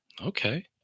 Okay